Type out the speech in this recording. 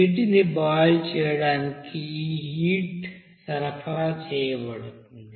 నీటిని బాయిల్ చేయడానికి ఈ హీట్ సరఫరా చేయబడుతుంది